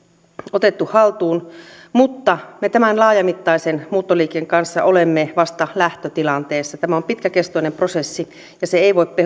otettu haltuun mutta me tämän laajamittaisen muuttoliikkeen kanssa olemme vasta lähtötilanteessa tämä on pitkäkestoinen prosessi ja se ei voi